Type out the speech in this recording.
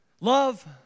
love